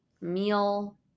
meal